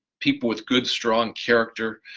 people with good strong character,